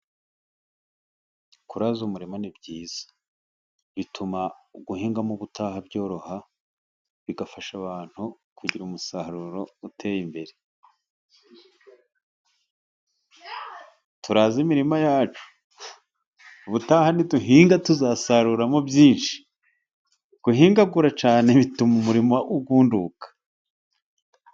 Kuraza umurima ni byiza bituma guhingamo ubutaha byoroha, bigafasha abantu kugira umusaruro uteye imbere. Turaze imirima yacu, ubutaha niduhinga tuzasaruramo byinshi, guhingagura cyane bituma umurima ugunduka.